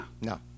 No